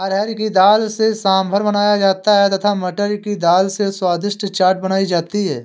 अरहर की दाल से सांभर बनाया जाता है तथा मटर की दाल से स्वादिष्ट चाट बनाई जाती है